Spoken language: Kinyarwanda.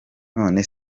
none